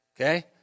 Okay